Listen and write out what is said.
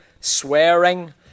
swearing